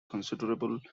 considerable